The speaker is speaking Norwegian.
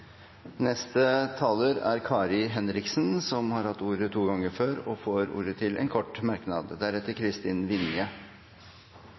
Kari Henriksen har hatt ordet to ganger tidligere og får ordet til en kort merknad,